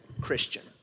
Christian